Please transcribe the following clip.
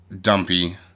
dumpy